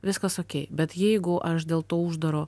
viskas okei bet jeigu aš dėl to uždaro